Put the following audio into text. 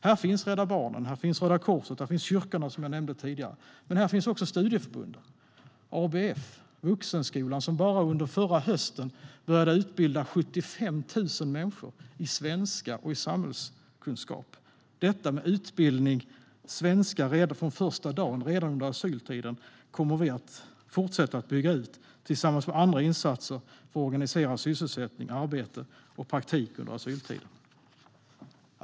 Här finns Rädda Barnen, Röda Korset och kyrkorna som jag nämnde tidigare, men här finns också studieförbunden, ABF och Vuxenskolan, som bara under förra hösten började utbilda 75 000 människor i svenska och samhällskunskap. Detta med utbildning och svenska redan från första dagen, redan under asyltiden, kommer vi att fortsätta att bygga ut tillsammans med andra insatser för att organisera sysselsättning, arbete och praktik under asyltiden.